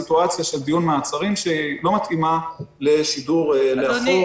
דברים בסיטואציה שלא מתאימים לשידור לאחור.